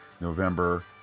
November